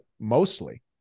mostly